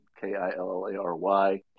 K-I-L-L-A-R-Y